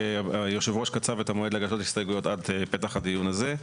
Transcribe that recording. היושב ראש קצב את המועד להגשת הסתייגויות עד פתח הדיון הזה.